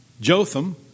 Jotham